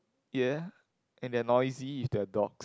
ya and they're noisy if they're dog